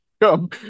come